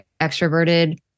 extroverted